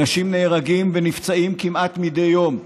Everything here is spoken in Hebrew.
אנשים נהרגים ונפצעים כמעט מדי יום,